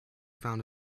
found